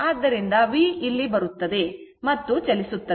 ಆದ್ದರಿಂದ v ಇಲ್ಲಿ ಬರುತ್ತದೆ ಮತ್ತು ಚಲಿಸುತ್ತದೆ